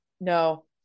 no